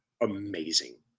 amazing